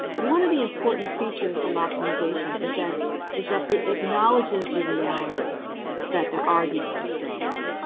and one of the important features of optimization is that is that it acknowledges the reality that there are these constraints.